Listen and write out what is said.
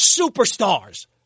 superstars